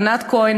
ענת כהן,